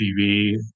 TV